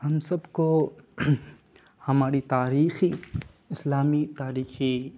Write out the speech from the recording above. ہم سب کو ہماری تاریخی اسلامی تاریخی